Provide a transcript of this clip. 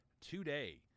today